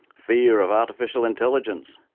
fear of artificial intelligence.